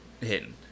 hidden